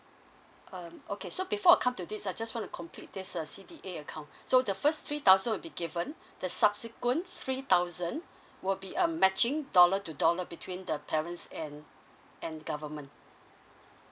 um okay so before I come to this ah just wanna complete this uh C_D_A account so the first three thousand will be given the subsequent three thousand will be a matching dollar to dollar between the parents and and the government